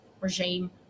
regime